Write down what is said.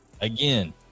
again